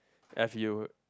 as you